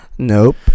nope